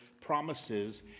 promises